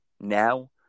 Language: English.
now